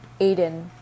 Aiden